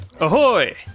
Ahoy